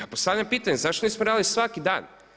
Ja postavljam pitanje, zašto nismo radili svaki dan?